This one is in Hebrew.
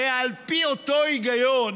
הרי על פי אותו היגיון,